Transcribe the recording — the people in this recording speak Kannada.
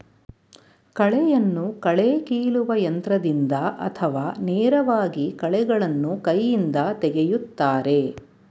ಕಳೆಯನ್ನು ಕಳೆ ಕೀಲುವ ಯಂತ್ರದಿಂದ ಅಥವಾ ನೇರವಾಗಿ ಕಳೆಗಳನ್ನು ಕೈಯಿಂದ ತೆಗೆಯುತ್ತಾರೆ